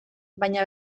baina